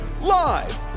live